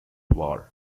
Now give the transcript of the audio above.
war